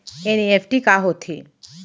NEFT का होथे?